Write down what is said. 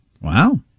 Wow